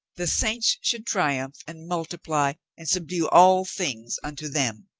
the saints should triumph and multiply and subdue all things unto them.